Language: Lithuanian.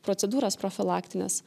procedūras profilaktines